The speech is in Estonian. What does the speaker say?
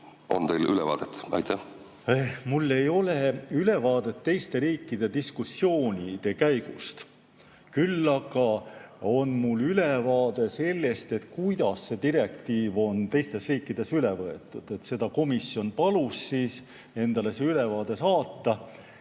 On teil ülevaadet? Mul ei ole ülevaadet teiste riikide diskussioonide käigust. Küll aga on mul ülevaade sellest, kuidas see direktiiv on teistes riikides üle võetud. Komisjon palus endale selle ülevaate saata,